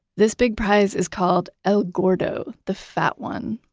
this big prize is called el gordo the fat one.